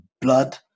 blood